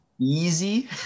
easy